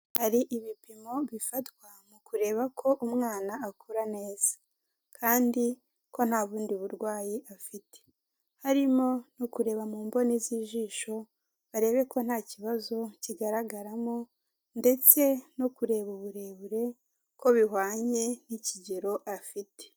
Hari ibipimo bifatwa mu kureba ko umwana akura neza, kandi ko nta bundi burwayi afite. Harimo nko kureba mu mboni z'ijisho, barebe ko nta kibazo kigaragaramo ndetse no kureba uburebure ko bihwanye n'ikigero afite.